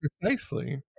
precisely